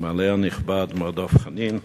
המעלה הנכבד מר דב חנין,